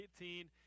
18